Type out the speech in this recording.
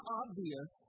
obvious